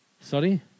sorry